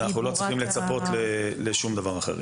אנחנו לא צריכים לצפות לשום דבר אחר.